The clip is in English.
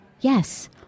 Yes